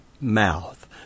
mouth